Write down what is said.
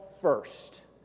first